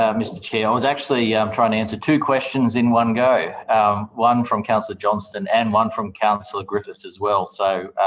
um mr chair. i was actually yeah um trying to answer two questions in one go one from councillor johnston and one from councillor griffiths as well. so,